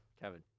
Kevin